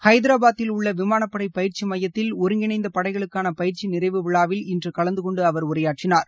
ஹைதராபாத்தில் உள்ள விமானப்படை பயிற்சி மையத்தில் ஒருங்கிணைந்த படைகளுக்கான பயிற்சி நிறைவு விழாவில் இன்று கலந்து கொண்டு அவர் உரையாற்றினார்